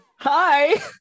Hi